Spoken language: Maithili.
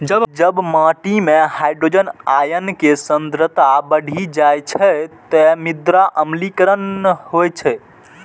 जब माटि मे हाइड्रोजन आयन के सांद्रता बढ़ि जाइ छै, ते मृदा अम्लीकरण होइ छै